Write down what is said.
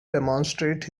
demonstrate